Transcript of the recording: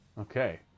Okay